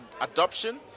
adoption